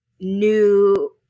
new